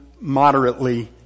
moderately